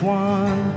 one